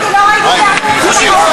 אני לא ראיתי שקראת כשהם מחאו כפיים.